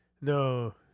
No